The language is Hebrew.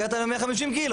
הגעת אליי 150 קילו.